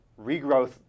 Regrowth